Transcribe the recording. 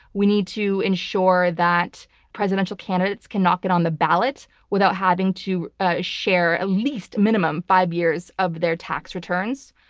we need to ensure that presidential candidates cannot get on the ballot without having to ah share at least, minimum, five years of their tax returns.